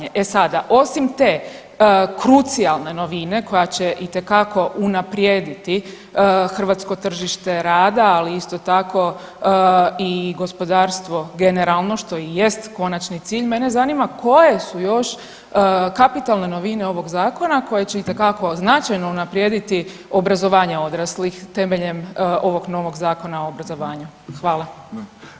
E sada, osim te krucijalne novine koja će itekako unaprijediti hrvatsko tržište rada, ali isto tako i gospodarstvo generalno što i jest konačni cilj, mene zanima koje su još kapitalne novine ovog zakona koje će itekako značajno unaprijediti obrazovanje odraslih temeljem ovog novog Zakona o obrazovanju.